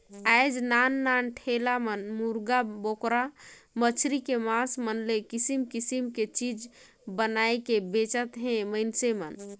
आयज नान नान ठेला मन मुरगा, बोकरा, मछरी के मास मन ले किसम किसम के चीज बनायके बेंचत हे मइनसे मन